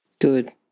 Good